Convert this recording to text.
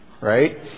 right